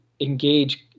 engage